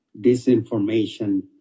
disinformation